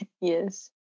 Yes